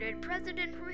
President